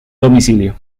domicilio